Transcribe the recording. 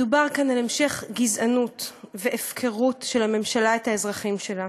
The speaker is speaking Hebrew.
מדובר כאן על המשך גזענות והפקרות של הממשלה כלפי האזרחים שלה.